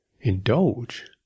indulge